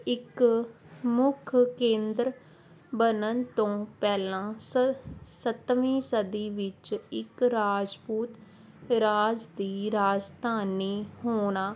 ਇੱਕ ਮੁੱਖ ਕੇਂਦਰ ਬਣਨ ਤੋਂ ਪਹਿਲਾਂ ਸੱਤਵੀਂ ਸਦੀ ਵਿੱਚ ਇੱਕ ਰਾਜਪੂਤ ਰਾਜ ਦੀ ਰਾਜਧਾਨੀ ਹੋਣਾ